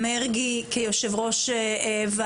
מרגי דן בזה מספר פעמים כיושב ראש וועדה.